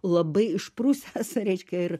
labai išprusęs reiškia ir